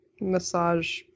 massage